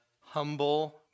humble